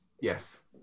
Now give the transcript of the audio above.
Yes